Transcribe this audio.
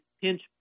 pinch